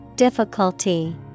Difficulty